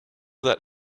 that